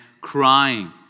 crying